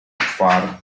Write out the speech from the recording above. far